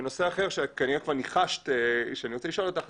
נושא אחר שכנראה כבר ניחשת שאני רוצה לשאול אותך.